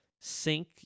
sync